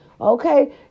okay